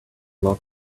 lot